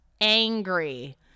angry